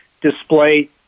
display